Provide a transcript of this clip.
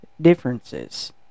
Differences